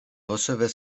recevaient